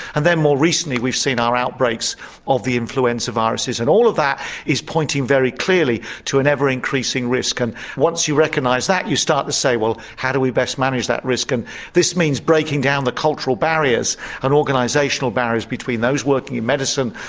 and then more recently we've seen our outbreaks of the influenza viruses and all of that is pointing very clearly to an ever increasing risk and once you recognise that you start to say well how do we best manage that risk? and this means breaking down the cultural barriers and organisational barriers between those working in medicine,